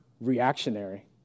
reactionary